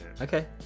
Okay